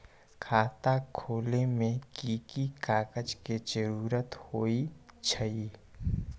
खाता खोले में कि की कागज के जरूरी होई छइ?